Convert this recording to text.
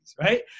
right